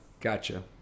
Gotcha